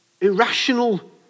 irrational